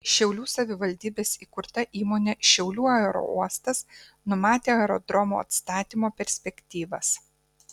šiaulių savivaldybės įkurta įmonė šiaulių aerouostas numatė aerodromo atstatymo perspektyvas